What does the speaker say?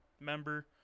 member